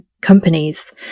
companies